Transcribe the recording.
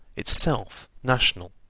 itself national,